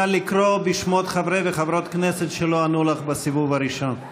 נא לקרוא בשמות חברי וחברות הכנסת שלא ענו לך בסיבוב הראשון.